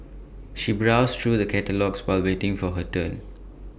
she browsed through the catalogues while waiting for her turn